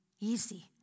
easy